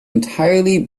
entirely